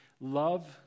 love